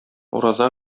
ураза